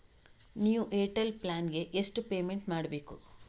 New Airtel plan ಗೆ ಎಷ್ಟು payment ಮಾಡ್ಬೇಕು?